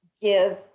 give